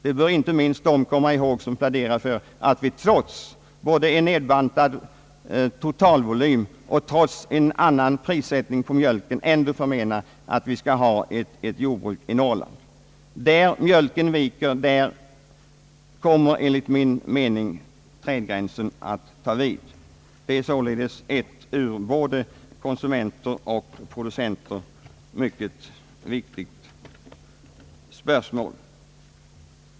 Det bör inte minst de komma ihåg som pläderar för att vi trots en både nedbantad totalvolym och en annan prissättning på mjölken skall ha eti jordbruk i Norrland. Där mjölken viker kommer enligt min mening trädgränsen att ta vid. Detta är således ett för både konsumenter och producenter mycket viktigt spörsmål.